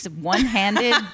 one-handed